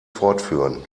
fortführen